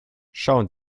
schauen